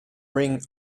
ring